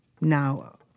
now